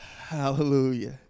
Hallelujah